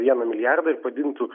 vieną milijardą ir padidintų